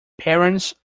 parents